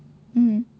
mm